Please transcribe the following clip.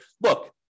look